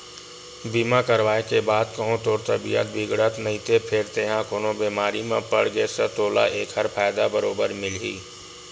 बीमा करवाय के बाद कहूँ तोर तबीयत बिगड़त नइते फेर तेंहा कोनो बेमारी म पड़ गेस ता तोला ऐकर फायदा बरोबर मिलही